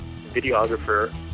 videographer